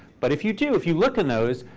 but if you do, if you look in those,